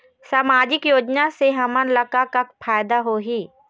सामाजिक योजना से हमन ला का का फायदा होही?